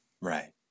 right